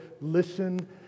listen